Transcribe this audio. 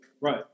Right